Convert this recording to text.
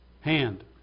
hand